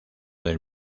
del